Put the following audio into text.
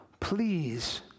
Please